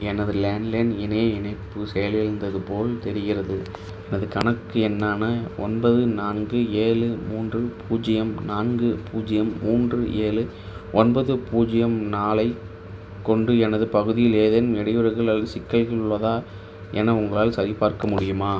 எனது லேண்ட்லைன் இணைய இணைப்பு செயலிழந்தது போல் தெரிகிறது எனது கணக்கு எண்ணான ஒன்பது நான்கு ஏழு மூன்று பூஜ்ஜியம் நான்கு பூஜ்ஜியம் மூன்று ஏழு ஒன்பது பூஜ்ஜியம் நாலைக் கொண்டு எனது பகுதியில் ஏதேனும் இடையூறுகள் அல்லது சிக்கல்கள் உள்ளதா என உங்களால் சரிபார்க்க முடியுமா